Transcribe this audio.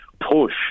push